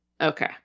okay